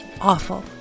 Awful